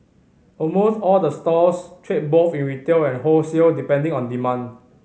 almost all the stores trade both in retail and wholesale depending on demand